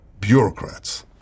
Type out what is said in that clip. bureaucrats